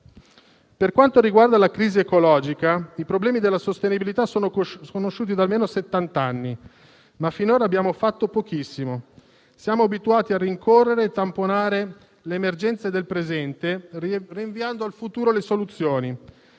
Per quanto riguarda la crisi ecologica, i problemi della sostenibilità sono conosciuti da almeno settant'anni, ma finora abbiamo fatto pochissimo. Siamo abituati a rincorrere e tamponare le emergenze del presente, rinviando al futuro le soluzioni,